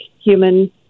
human